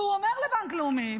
והוא אומר לבנק לאומי,